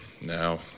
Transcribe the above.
now